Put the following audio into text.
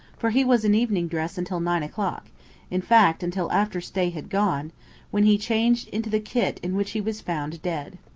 for he was in evening dress until nine o'clock in fact, until after stay had gone when he changed into the kit in which he was found dead.